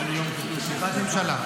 --- בתמיכת ממשלה.